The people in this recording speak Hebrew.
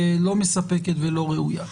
לא מספקת ולא ראויה.